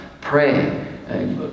pray